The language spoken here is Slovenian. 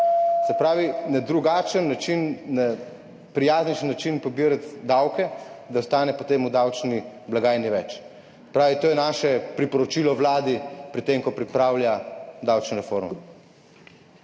Se pravi, na drugačen način, na prijaznejši način pobirati davke, da ostane potem v davčni blagajni več. To je naše priporočilo vladi pri tem, ko pripravlja davčno reformo.